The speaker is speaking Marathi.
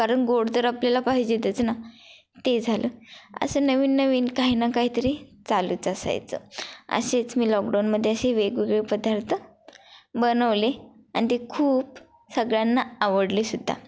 कारण गोड तर आपल्याला पाहिजेतच ना ते झालं असं नवीन नवीन काही ना काहीतरी चालूच असायचं असेच मी लॉकडाऊनमध्ये असे वेगवेगळे पदार्थ बनवले आणि ते खूप सगळ्यांना आवडले सुद्धा